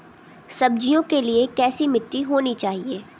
सब्जियों के लिए कैसी मिट्टी होनी चाहिए?